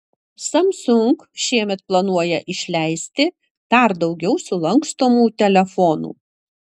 samsung šiemet planuoja išleisti dar daugiau sulankstomų telefonų